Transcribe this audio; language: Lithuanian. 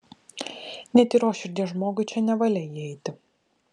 netyros širdies žmogui čia nevalia įeiti